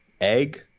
egg